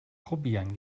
probieren